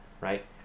right